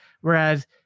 Whereas